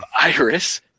Iris